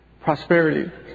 prosperity